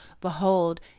behold